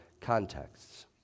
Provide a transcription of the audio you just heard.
contexts